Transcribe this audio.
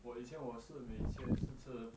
我以前我是没天四次